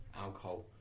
alcohol